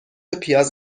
پیاز